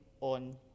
on